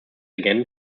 again